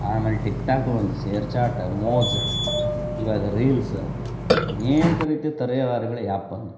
ಆಮೇಲೆ ಟಿಕ್ಟಾಕ್ ಬಂತು ಸೇರ್ಚಾಟ ಮೋಜ್ ಇವಾಗ ರೀಲ್ಸ ಅನೇಕ ರೀತಿಯ ತರೆಯವಾರೆಗಳು ಆ್ಯಪ್ ಬಂದು